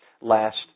last